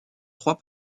trois